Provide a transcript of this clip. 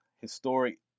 historic